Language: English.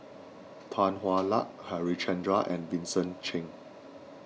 Tan Hwa Luck Harichandra and Vincent Cheng